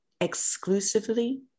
exclusively